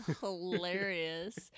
hilarious